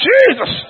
Jesus